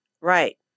Right